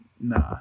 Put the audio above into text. Nah